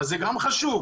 וזה גם חשוב.